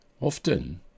Often